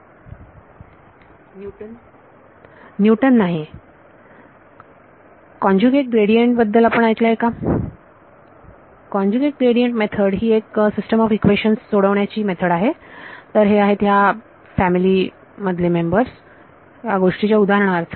विद्यार्थी Newton Newton नाही conjugate gradient बद्दल आपण जर ऐकले आहे काँजूगेट ग्रेडियंट मेथड ही एक सिस्टम ऑफ इक्वेशन्स सोडवण्याची एक मेथड आहे तर हे आहेत या आहेत फॅमिली या गोष्टींच्या उदाहरणार्थ